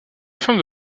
réforme